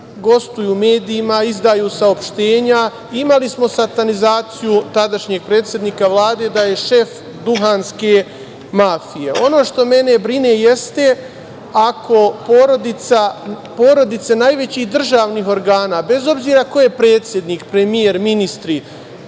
gostuju u medija i izdaju saopštenja. Imali smo satanizaciju tadašnjeg predsednika Vlade, da je šef duvanske mafije. Ono što me brine jeste, ako porodice najvećih državnih organa, bez obzira ko je predsednik premijer, ministri